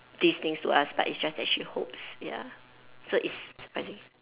these things to us but it's just that she hope ya so it's surprising